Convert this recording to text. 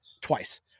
twice